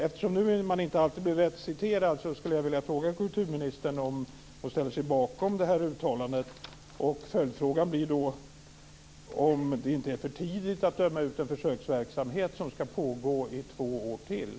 Eftersom man inte alltid blir rätt citerad vill jag fråga kulturministern om hon ställer sig bakom detta uttalande. Och följdfrågan blir då om det inte är för tidigt att döma ut en försöksverksamhet som ska pågå i ytterligare två år.